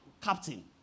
captain